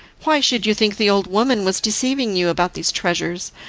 why should you think the old woman was deceiving you about these treasures,